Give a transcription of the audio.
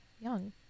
young